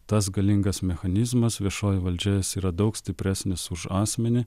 tas galingas mechanizmas viešoji valdžia yra daug stipresnis už asmenį